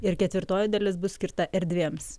ir ketvirtoji dalis bus skirta erdvėms